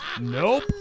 Nope